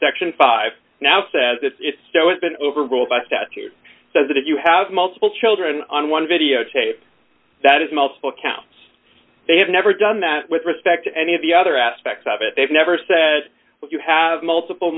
section five now says it has been overruled by statute so that if you have multiple children on one videotape that is multiple counts they have never done that with respect to any of the other aspects of it they've never said you have multiple